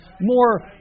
more